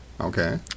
Okay